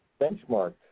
benchmark